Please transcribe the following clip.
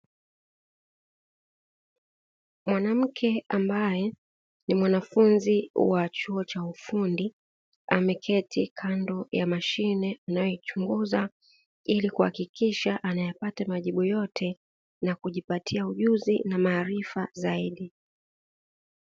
Mwanamke ambaye ni mwanafunzi wa chuo cha ufundi, ameketi kando ya mashine anayoichunguza, ili kuhakikisha anayapata majibu yote, na kujipatia ujuzi na maarifa zaidi.